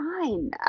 fine